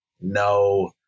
no